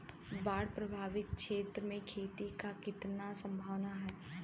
बाढ़ प्रभावित क्षेत्र में खेती क कितना सम्भावना हैं?